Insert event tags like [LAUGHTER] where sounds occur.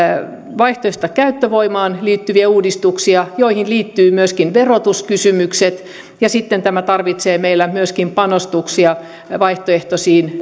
vaihtoehtoiseen käyttövoimaan liittyviä uudistuksia joihin liittyvät myöskin verotuskysymykset ja sitten tämä vaatii meiltä myöskin panostuksia vaihtoehtoisiin [UNINTELLIGIBLE]